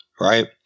Right